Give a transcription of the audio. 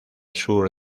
sur